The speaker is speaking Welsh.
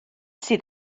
sydd